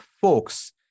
folks